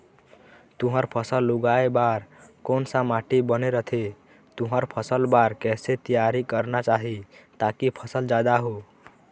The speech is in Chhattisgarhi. तुंहर फसल उगाए बार कोन सा माटी बने रथे तुंहर फसल बार कैसे तियारी करना चाही ताकि फसल जादा हो?